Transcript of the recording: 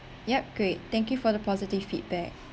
yup great thank you for the positive feedback